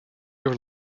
your